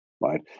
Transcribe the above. right